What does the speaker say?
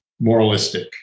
moralistic